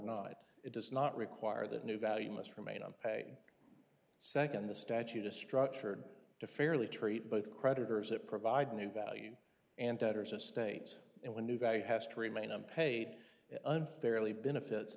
not it does not require that new value must remain on pay second the statute is structured to fairly treat both creditors that provide new value and outers estates and when new value has to remain unpaid it unfairly benefits